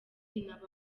nabandi